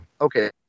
okay